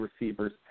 receivers